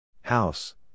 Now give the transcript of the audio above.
House